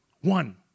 One